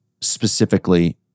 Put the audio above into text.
specifically